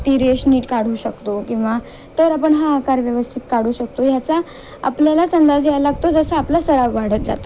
ती रेष नीट काढू शकतो किंवा तर आपण हा आकार व्यवस्थित काढू शकतो ह्याचा आपल्याला अंदाज यायला लागतो जसं आपला सराव वाढत जातो